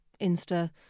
Insta